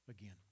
again